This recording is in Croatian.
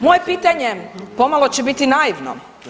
Moje pitanje pomalo će biti naivno.